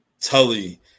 Tully